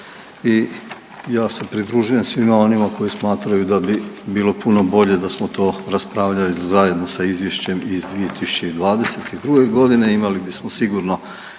i ja se pridružujem svima onima koji smatraju da bi bilo puno bolje da smo to raspravljali zajedno sa izvješćem iz 2022.g. i imali bismo sigurno